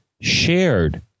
shared